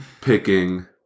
picking